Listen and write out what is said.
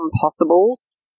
possibles